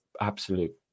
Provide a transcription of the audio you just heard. absolute